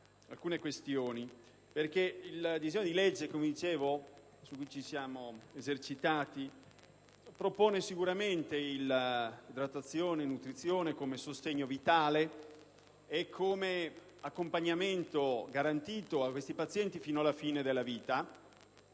alcune questioni. Il disegno di legge su cui ci siamo esercitati propone sicuramente l'idratazione e la nutrizione come sostegno vitale e come accompagnamento garantito a questi pazienti fino alla fine della vita.